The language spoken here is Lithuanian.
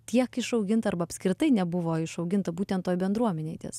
tiek išauginta arba apskritai nebuvo išauginta būtent toj bendruomenėj tiesa